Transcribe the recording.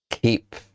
keep